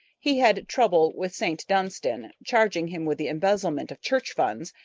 he had trouble with st. dunstan, charging him with the embezzlement of church funds,